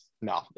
No